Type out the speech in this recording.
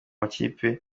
amakipe